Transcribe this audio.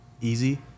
easy